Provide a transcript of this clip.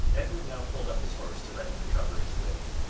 edward now pulled up his horse to let him recover his wind,